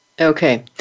Okay